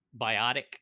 biotic